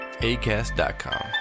ACAST.com